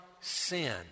sin